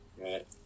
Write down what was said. Right